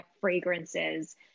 fragrances